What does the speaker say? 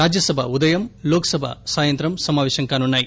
రాజ్యసభ ఉదయం లోక్ సభ సాయంత్రం సమాపేశం కానున్నాయి